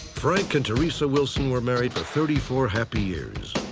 frank and teresa wilson were married for thirty four happy years.